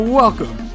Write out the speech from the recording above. welcome